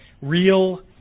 real